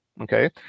okay